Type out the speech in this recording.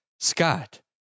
Scott